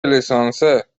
لیسانسه